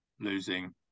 losing